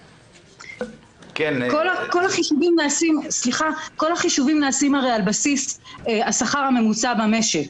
כל החיישובים נעשים הרי על בסיס השכר הממוצע במשק,